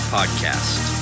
Podcast